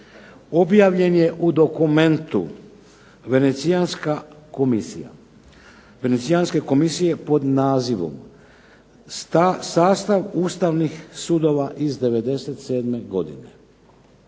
objavljen je u dokumentu Venecijanske komisije pod nazivom "Sastav ustavnih sudova iz '97. godine".